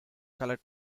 colour